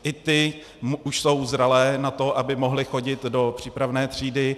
I ty už jsou zralé na to, aby mohly chodit do přípravné třídy.